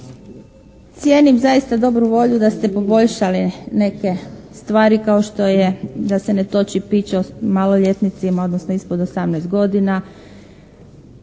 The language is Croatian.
Cijenim zaista dobru volju da ste poboljšali neke stvari kao što je da se ne toči piće maloljetnicima, odnosno ispod 18 godina,